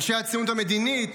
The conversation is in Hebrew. אנשי הציונות המדינית,